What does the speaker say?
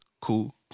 Cool